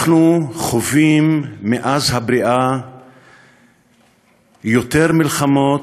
אנחנו חווים מאז הבריאה יותר מלחמות,